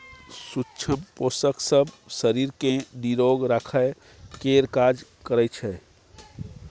सुक्ष्म पोषक सब शरीर केँ निरोग राखय केर काज करइ छै